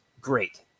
great